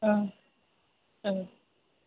औ ओ